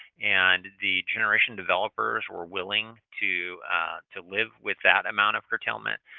and the generation developers were willing to to live with that amount of curtailment.